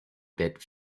bit